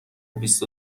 بیست